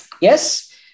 Yes